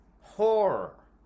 horror